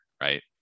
right